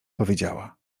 powiedziała